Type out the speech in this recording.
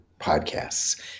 podcasts